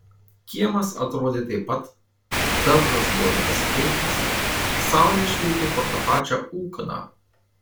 kiemas atrodė taip pat daržas buvo nepasikeitęs saulė švietė pro tą pačią ūkaną